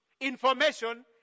Information